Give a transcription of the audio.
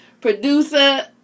producer